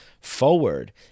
forward